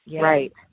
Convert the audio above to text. Right